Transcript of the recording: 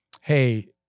hey